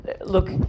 Look